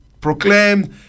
proclaimed